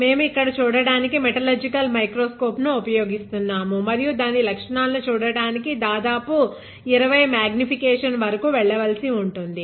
మేము ఇక్కడ చూడటానికి మెటలర్జికల్ మైక్రోస్కోప్ను ఉపయోగిస్తున్నాము మరియు దాని లక్షణాలను చూడడానికి దాదాపు 20 X మాగ్నిఫికేషన్ వరకు వెళ్ళవలసి ఉంటుంది